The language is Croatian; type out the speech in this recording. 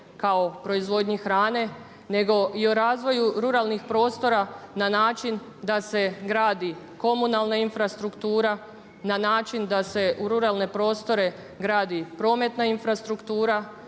kao proizvodnje hrane nego i o razvoju ruralnih prostora na način da se gradi komunalna infrastruktura na način da se u ruralne prostore gradi prometna infrastruktura,